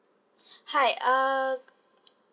hi err